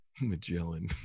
Magellan